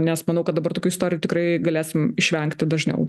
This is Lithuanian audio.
nes manau kad dabar tokių istorijų tikrai galėsim išvengti dažniau